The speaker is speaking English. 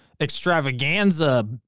Extravaganza